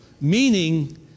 Meaning